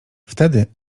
wtedy